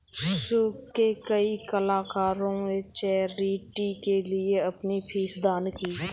show के कई कलाकारों ने चैरिटी के लिए अपनी फीस दान की